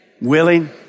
willing